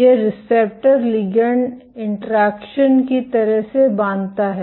या receptor ligand interaction की तरह से बांधता है